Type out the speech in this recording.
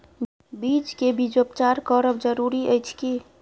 बीज के बीजोपचार करब जरूरी अछि की?